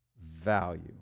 value